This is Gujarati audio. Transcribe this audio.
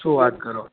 શું વાત કરો